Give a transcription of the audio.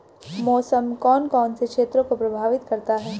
मौसम कौन कौन से क्षेत्रों को प्रभावित करता है?